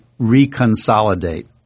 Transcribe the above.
reconsolidate